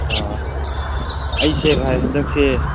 ꯑꯥ ꯑꯩꯁꯦ ꯚꯥꯏ ꯍꯟꯗꯛꯁꯦ